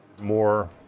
More